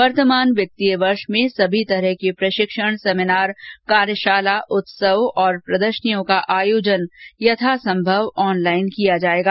वर्तमान वित्तीय वर्ष में सभी प्रकार के प्रशिक्षण सेमीनार कार्यशाला उत्सव और प्रदर्शनियों का आयोजन यथासंभव ऑनलाइन किया जाएगा